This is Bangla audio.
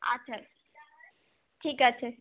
আচ্ছা আচ্ছা ঠিক আছে